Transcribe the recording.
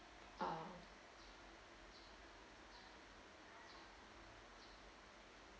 uh